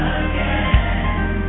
again